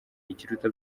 ikiruta